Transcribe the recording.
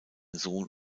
sohn